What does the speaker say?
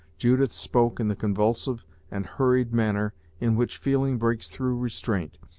judith spoke in the convulsive and hurried manner in which feeling breaks through restraint,